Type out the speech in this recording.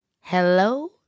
Hello